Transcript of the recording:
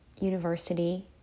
university